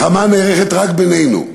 המלחמה נערכת רק בינינו,